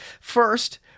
first